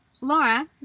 Laura